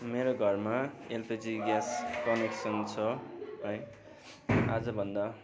मेरो घरमा एलपिजी ग्यासको कनेक्सन छ है आजभन्दा